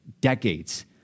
decades